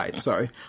sorry